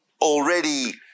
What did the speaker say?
already